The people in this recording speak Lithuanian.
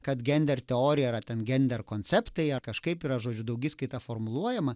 kad gender teorija yra ten gender konceptai ar kažkaip yra žodžiu daugiskaita formuluojama